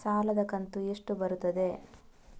ಸಾಲದ ಕಂತು ಎಷ್ಟು ಬರುತ್ತದೆ?